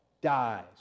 dies